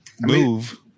move